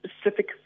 specific